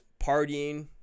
partying